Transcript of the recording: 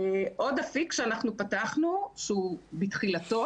עוד אפיק שאנחנו פתחנו שהוא בתחילתו,